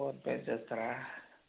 phone pay చేస్తారా